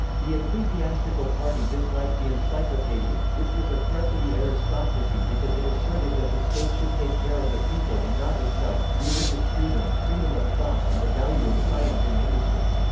the ecclesiastical party disliked the encyclopedia, which was a threat to the aristocracy because it asserted that the state should take care of the people and not itself, religious freedom, freedom of thought and the value of science and industry.